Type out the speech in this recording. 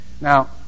Now